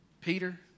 Peter